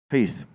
Peace